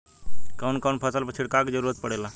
कवन कवन फसल पर छिड़काव के जरूरत पड़ेला?